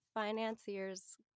financiers